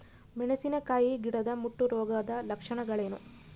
ಮೆಣಸಿನಕಾಯಿ ಗಿಡದ ಮುಟ್ಟು ರೋಗದ ಲಕ್ಷಣಗಳೇನು?